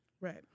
Right